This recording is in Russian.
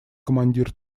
командир